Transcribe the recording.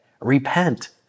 Repent